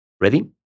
Ready